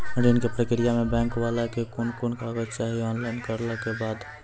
ऋण के प्रक्रिया मे बैंक वाला के कुन कुन कागज चाही, ऑनलाइन करला के बाद?